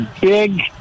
big